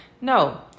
No